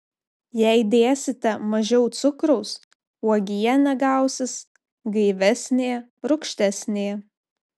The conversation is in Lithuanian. jei dėsite mažiau cukraus uogienė gausis gaivesnė rūgštesnė